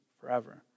forever